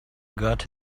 got